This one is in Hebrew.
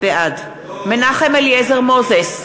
בעד מנחם אליעזר מוזס,